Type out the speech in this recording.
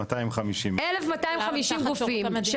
1,250. 1,250 גופים --- כולם הם תחת שירות המדינה.